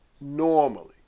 normally